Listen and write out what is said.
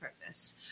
purpose